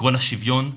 עיקרון השוויון,